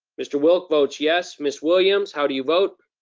mr. wilk votes yes, miss williams, how do you vote?